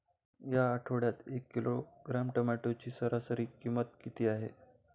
या आठवड्यात एक किलोग्रॅम टोमॅटोची सरासरी किंमत किती आहे?